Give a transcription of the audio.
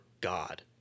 God